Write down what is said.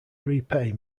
repay